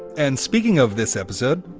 and speaking of this episode,